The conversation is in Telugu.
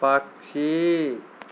పక్షి